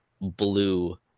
blue